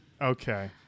okay